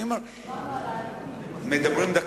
דיברנו על העתיד.